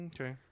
Okay